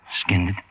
skinned